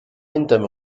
hinterm